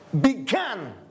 began